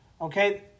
Okay